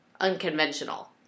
unconventional